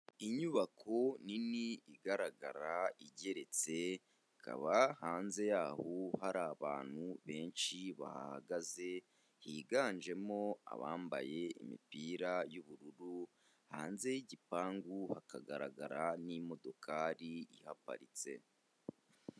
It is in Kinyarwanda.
Inyubako nini igaragara igeretse ikaba hanze yaho hari abantu benshi bahahagaze higanjemo abambaye imipira y'ubururu, hanze y'igipangu hakagaragara n'imodokari ihagaritse.